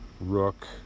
rook